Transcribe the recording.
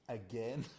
again